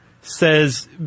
says